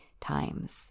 times